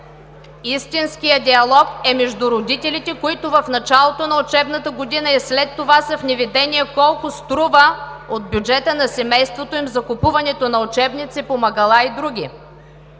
Истинският диалог е между родителите, които в началото на учебната година и след това са в неведение колко струва от бюджета на семейството им закупуването на учебници, помагала и други.